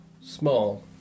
Small